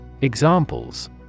Examples